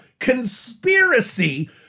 conspiracy